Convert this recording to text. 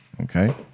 Okay